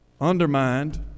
undermined